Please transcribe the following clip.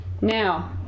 Now